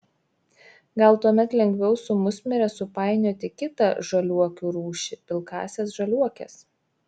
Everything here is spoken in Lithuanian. gal tuomet lengviau su musmire supainioti kitą žaliuokių rūšį pilkąsias žaliuokes